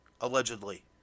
allegedly